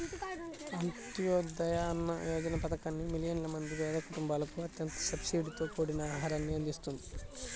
అంత్యోదయ అన్న యోజన పథకాన్ని మిలియన్ల మంది పేద కుటుంబాలకు అత్యంత సబ్సిడీతో కూడిన ఆహారాన్ని అందిస్తుంది